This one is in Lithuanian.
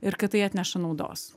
ir kad tai atneša naudos